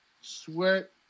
Sweat